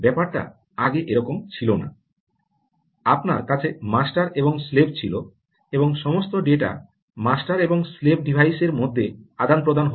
ব্যাপারটা আগে এরকম ছিল না আপনার কাছে মাস্টার এবং স্লেভ ছিল এবং সমস্ত ডেটা মাস্টার এবং স্লেভ ডিভাইস এর মধ্যে আদান প্রদান হত